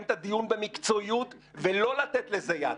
את הדיון במקצועיות ולא לתת לזה יד.